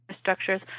structures